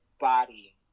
body